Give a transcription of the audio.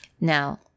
Now